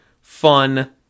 fun